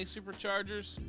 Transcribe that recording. Superchargers